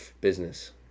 Business